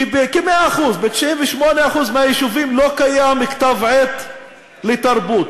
כ-100% ב-98% מהיישובים, לא קיים כתב-עת לתרבות.